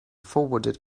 forwarded